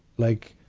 like,